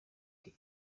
yari